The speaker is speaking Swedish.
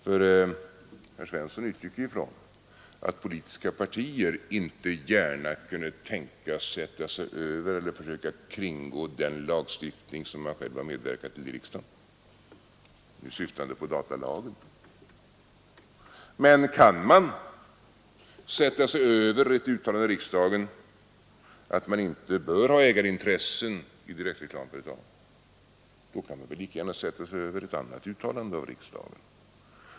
Herr Svensson utgick ju från att politiska partier inte gärna kunde tänkas sätta sig över eller kringgå den lagstiftning som de själva har medverkat till i riksdagen — han syftade då på datalagen. Men kan man sätta sig över ett uttalande i riksdagen om att man inte bör ha ägarintressen i direktreklamföretag, kan man väl lika gärna sätta sig över ett annat uttalande av riksdagen.